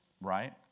Right